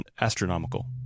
astronomical